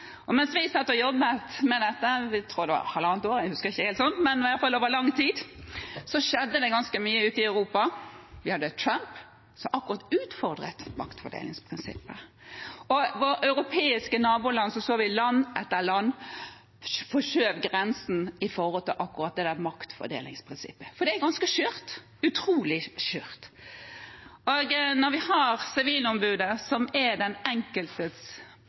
Mens vi satt og jobbet med dette – jeg tror det var halvannet år, i alle fall over lang tid – skjedde det ganske mye ute i Europa. Og vi hadde Trump, som akkurat utfordret maktfordelingsprinsippet. I våre europeiske naboland så vi land etter land som forskjøv grensen til akkurat dette maktfordelingsprinsippet. Det er ganske skjørt – utrolig skjørt. Vi har Sivilombudet, som er den enkeltes